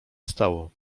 stało